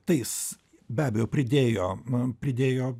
tai jis be abejo pridėjo pridėjo